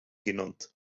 genannt